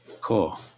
Cool